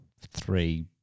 three